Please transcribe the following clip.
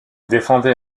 défendait